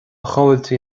chomhaltaí